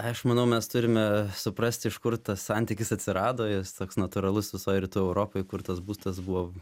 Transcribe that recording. aš manau mes turime suprasti iš kur tas santykis atsirado jis toks natūralus visoj rytų europoj kur tas būstas buvo